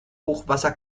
hochwasser